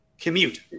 commute